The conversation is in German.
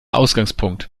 ausgangspunkt